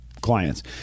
clients